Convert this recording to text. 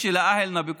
(אומר דברים בשפה הערבית,